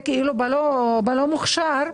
בלא מוכשר,